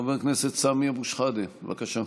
חבר הכנסת סמי אבו שחאדה, בבקשה.